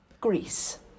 Greece